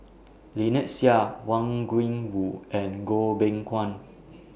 Lynnette Seah Wang Gungwu and Goh Beng Kwan